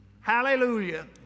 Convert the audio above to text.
Hallelujah